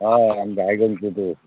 হ্যাঁ আমি রায়গঞ্জ কোর্টে বসি